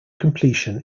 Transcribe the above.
completion